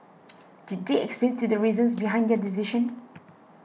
did they explain to the reasons behind their decision